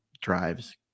drives